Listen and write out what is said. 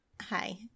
Hi